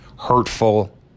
hurtful